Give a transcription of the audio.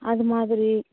அது மாதிரி